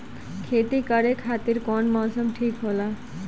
खेती करे खातिर कौन मौसम ठीक होला?